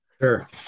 sure